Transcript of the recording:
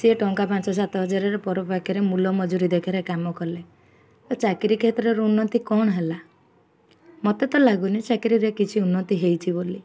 ସିଏ ଟଙ୍କା ପାଞ୍ଚ ସାତ ହଜାରରେ ପର ପାଖରେ ମୂଲ ମଜୁରି ଦେଖାରେ କାମ କଲେ ତ ଚାକିରୀ କ୍ଷେତ୍ରର ଉନ୍ନତି କ'ଣ ହେଲା ମୋତେ ତ ଲାଗୁନି ଚାକିରିରେ କିଛି ଉନ୍ନତି ହେଇଛି ବୋଲି